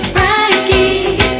Frankie